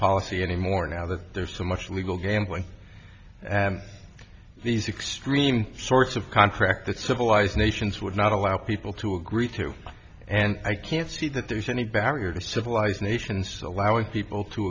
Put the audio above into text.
policy anymore now that there's so much legal gambling these extreme sorts of contract that civilized nations would not allow people to agree to and i can't see that there's any barrier to civilized nations allowing people to